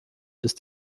ist